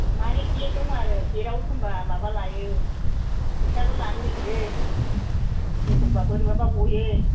माने गेट दं आरो गेट आव एखनबा माबा लायो फैसाबो लानो नागिरो एखनबा बोरैबाबा गयो